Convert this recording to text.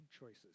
choices